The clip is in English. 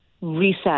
reset